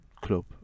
Club